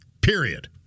period